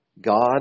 God